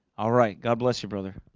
all right, god bless you, brother.